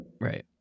Right